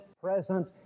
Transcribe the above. present